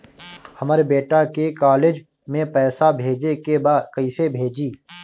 हमर बेटा के कॉलेज में पैसा भेजे के बा कइसे भेजी?